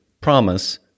promise